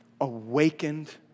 awakened